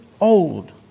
old